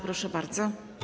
Proszę bardzo.